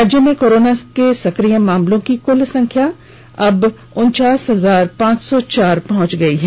राज्य में कोरोना के सक्रिय मामलों की कल संख्या बढ़कर उनचास हजार पांच र्सौ चार पहुंच गई है